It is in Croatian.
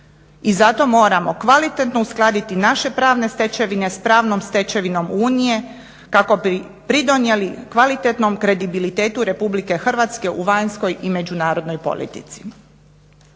I zato moramo kvalitetno uskladiti naše pravne stečevine s pravnom stečevinom Unije kako bi pridonijeli kvalitetnom kredibilitetu RH u vanjskoj i međunarodnoj politici.